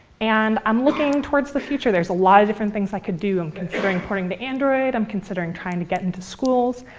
and i'm looking towards the future. there's a lot of different things i could do. i'm considering porting to android, i'm considering trying to get into schools.